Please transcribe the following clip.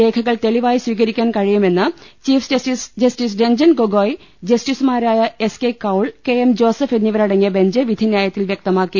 രേഖകൾ തെളിവായി സ്വീകരിക്കാൻ കഴി യുമെന്ന് chief justice justice Ranjan Gogoi ജസ്റ്റിസുമാ രായ S K Kaul K M Joseph എന്നിവരടങ്ങിയ ബെഞ്ച് വിധിന്യായത്തിൽ വ്യക്തമാക്കി